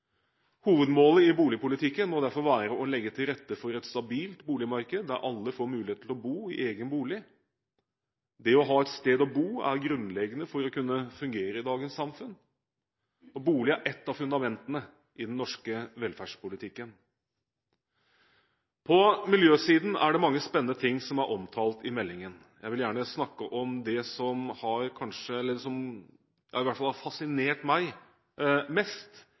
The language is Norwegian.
Hovedmålet i boligpolitikken må derfor være å legge til rette for et stabilt boligmarked der alle får mulighet til å bo i egen bolig. Det å ha et sted å bo er grunnleggende for å kunne fungere i dagens samfunn, og bolig er et av fundamentene i den norske velferdspolitikken. På miljøsiden er det mange spennende ting som er omtalt i meldingen. Jeg vil gjerne snakke om det som i hvert fall har fascinert meg mest,